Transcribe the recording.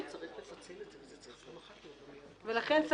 ולכן,